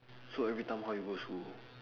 so every time how you go to school